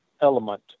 element